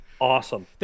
awesome